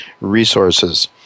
Resources